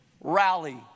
rally